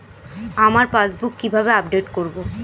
আমার পাসবুক কিভাবে আপডেট করবো?